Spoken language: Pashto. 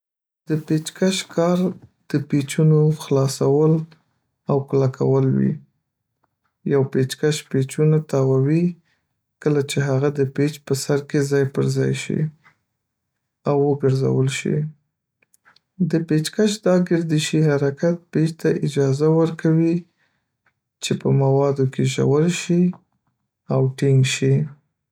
د پیچ کش کار د پیجونو خلاصول او کلکول وی، یو پېچ کش پیچونه تاووي کله چې هغه د پیچ په سر کې ځای پر ځای شي او وګرځول شي. د پېچ کش دا ګردشي حرکت پیچ ته اجازه ورکوي چې په موادو کې ژور شي او ټینګ شي.